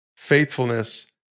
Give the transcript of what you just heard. faithfulness